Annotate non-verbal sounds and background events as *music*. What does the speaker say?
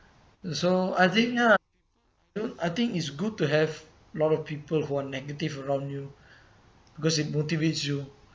so I think uh I think is good to have a lot of people who are negative around you because it motivates you *breath*